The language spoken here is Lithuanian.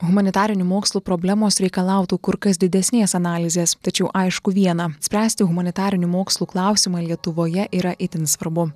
humanitarinių mokslų problemos reikalautų kur kas didesnės analizės tačiau aišku viena spręsti humanitarinių mokslų klausimą lietuvoje yra itin svarbu